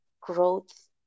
growth